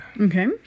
Okay